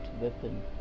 weapon